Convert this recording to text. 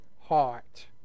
heart